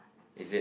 is it